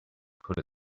put